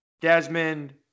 Desmond